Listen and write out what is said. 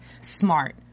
smart